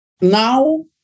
now